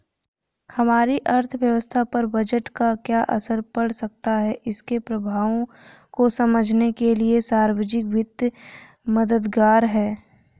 हमारी अर्थव्यवस्था पर बजट का क्या असर पड़ सकता है इसके प्रभावों को समझने के लिए सार्वजिक वित्त मददगार है